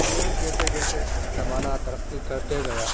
اور جیسے جیسے زمانہ ترقی کرتے گیا